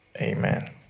Amen